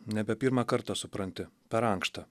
nebe pirmą kartą supranti per ankšta